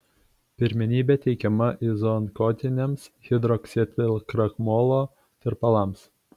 pirmenybė teikiama izoonkotiniams hidroksietilkrakmolo tirpalams